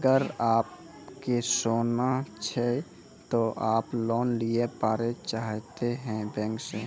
अगर आप के सोना छै ते आप लोन लिए पारे चाहते हैं बैंक से?